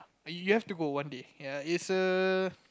you have to go one day ya it's a